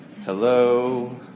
hello